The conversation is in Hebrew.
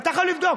אתה יכול לבדוק.